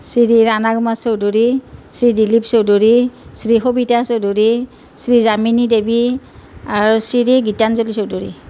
শ্ৰী ৰাণা কুমাৰ চৌধুৰী শ্ৰী দিলিপ চৌধুৰী শ্ৰী সবিতা চৌধুৰী শ্ৰী যামিনী দেৱী আৰু শ্ৰী গীতাঞ্জলী চৌধুৰী